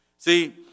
See